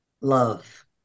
love